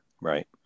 Right